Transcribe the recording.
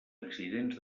accidents